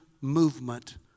movement